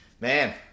man